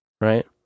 Right